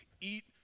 eat